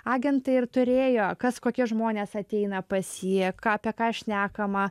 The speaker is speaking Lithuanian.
agentai ir turėjo kas kokie žmonės ateina pas jį ką apie ką šnekama